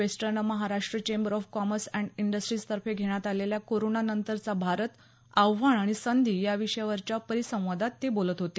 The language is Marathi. western Maharashtra chamber of commerce and industries तर्फे घेण्यात आलेल्या कोरोना नंतरचा भारत आव्हान आणि संधी या विषयावरच्या परिसंवादात ते बोलत होते